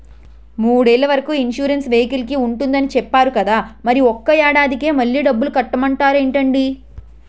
మూడేళ్ల వరకు ఇన్సురెన్సు వెహికల్కి ఉంటుందని చెప్పేరు కదా మరి ఒక్క ఏడాదికే మళ్ళి డబ్బులు కట్టమంటారేంటండీ?